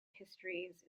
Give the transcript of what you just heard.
histories